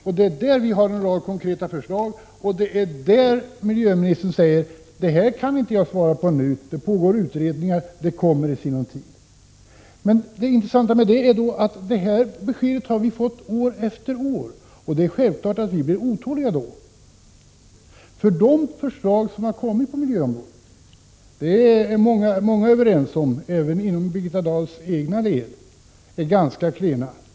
Där har vi en rad konkreta förslag, men miljöministern säger: Detta kan jag inte svara på nu —-det pågår utredningar och det kommer i sinom tid. Detta besked har vi fått år efter år, och därför blir vi självfallet otåliga. Det finns många även i Birgitta Dahls egna led som håller med om att de förslag som hittills kommit på miljöområdet är ganska klena.